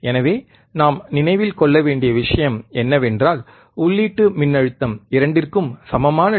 எனவே நாம் நினைவில் கொள்ள வேண்டிய விஷயம் என்னவென்றால் உள்ளீட்டு மின்னழுத்தம் இரண்டிற்கும் சமமான டி